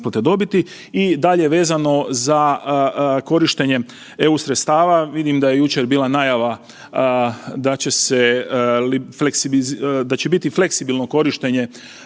I dalje vezano za korištenje EU sredstava, vidim da je jučer bila najava da će se, da će biti fleksibilno korištenje